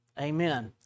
amen